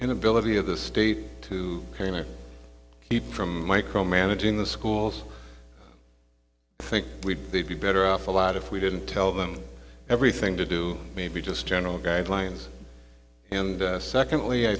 inability of the state to keep from micromanaging the schools think we'd be better off a lot if we didn't tell them everything to do may be just general guidelines and secondly i